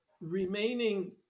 remaining